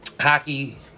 hockey